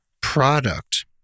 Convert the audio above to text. product